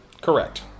Correct